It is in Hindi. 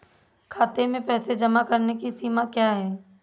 खाते में पैसे जमा करने की सीमा क्या है?